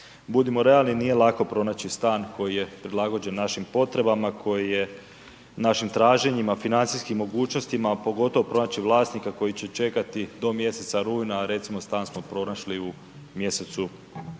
Budimo realni nije lako pronaći stan koji je prilagođen našim potrebama, koji je našim traženjima, financijskim mogućnostima a pogotovo pronaći vlasnika koji će čekati do mjeseca rujna a recimo stan smo pronašli u mjesecu